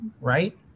right